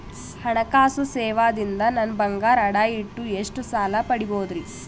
ಹಣಕಾಸು ಸೇವಾ ದಿಂದ ನನ್ ಬಂಗಾರ ಅಡಾ ಇಟ್ಟು ಎಷ್ಟ ಸಾಲ ಪಡಿಬೋದರಿ?